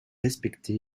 respecté